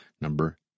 Number